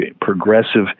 progressive